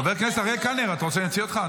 חבר הכנסת אריאל קלנר, אתה רוצה שאוציא אותך?